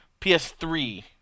PS3